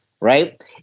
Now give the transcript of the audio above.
right